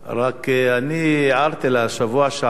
רק אני הערתי לה בשבוע שעבר,